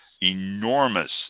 enormous